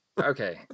Okay